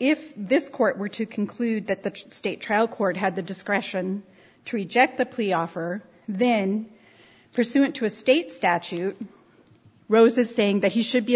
if this court were to conclude that the state trial court had the discretion to reject the plea offer then pursuant to a state statute rosa saying that he should be